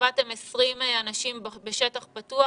קבעתם 20 אנשים בשטח פתוח,